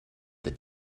the